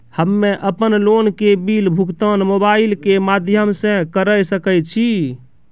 हम्मे अपन लोन के बिल भुगतान मोबाइल के माध्यम से करऽ सके छी?